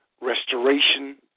restoration